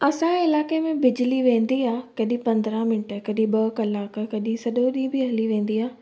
असांजे इलाइक़े में बिजली वेंदी आहे कॾहिं पंद्रहं मिंट कॾहिं ॿ कलाक कॾी सॼो ॾींहुं बि हली वेंदी आहे